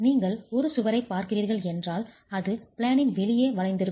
நீங்கள் ஒரு சுவரைப் பார்க்கிறீர்கள் என்றால் அது பிளேனின்வெளியே வளைந்திருக்கும்